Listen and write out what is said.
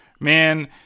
man